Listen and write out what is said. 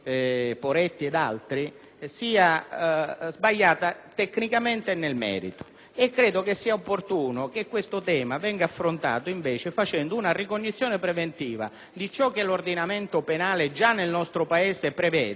Credo sia opportuno che tale tema sia affrontato invece facendo una ricognizione preventiva di ciò che l'ordinamento penale già prevede nel nostro Paese per predisporre una norma che sia equilibrata e che persegua il fine per il quale è stata proposta.